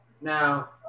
Now